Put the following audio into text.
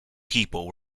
people